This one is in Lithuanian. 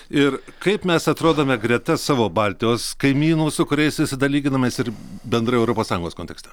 ir kaip mes atrodome greta savo baltijos kaimynų su kuriais visada lyginamės ir bendrai europos sąjungos kontekste